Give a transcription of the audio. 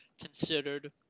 considered